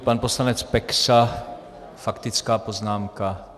Pan poslanec Peksa, faktická poznámka.